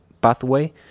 pathway